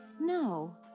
No